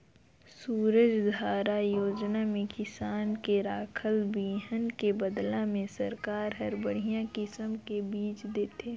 सूरजधारा योजना में किसान के राखल बिहन के बदला में सरकार हर बड़िहा किसम के बिज देथे